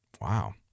Wow